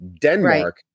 Denmark